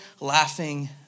laughing